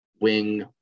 wing